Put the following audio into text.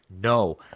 No